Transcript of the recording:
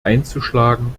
einzuschlagen